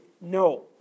No